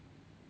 this